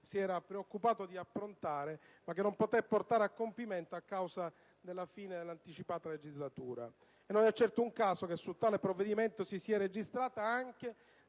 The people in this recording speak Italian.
si era preoccupato di approntare, ma che non poté portare a compimento a causa della fine anticipata della legislatura. E non è certo un caso che su tale provvedimento si sia registrata anche